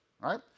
right